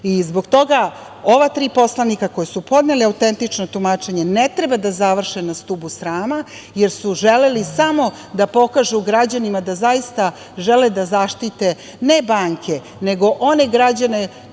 toga ova tri poslanika koji su podneli autentično tumačenje ne treba da završe na stubu srama, jer su želeli samo da pokažu građanima da zaista žele da zaštite ne banke, nego one građane koji